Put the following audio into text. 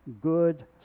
good